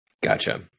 Gotcha